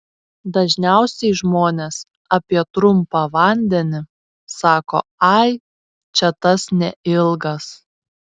dažniausiai žmonės apie trumpą vandenį sako ai čia tas neilgas